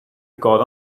got